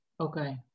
Okay